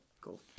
Cool